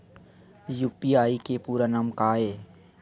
UPI के पूरा नाम का ये?